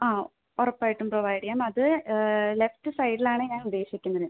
ആ ഉറപ്പായിട്ടും പ്രൊവൈഡ് ചെയ്യാം അത് ലെഫ്റ്റ് സൈഡിലാണ് ഞാൻ ഉദ്ദേശിക്കുന്നത്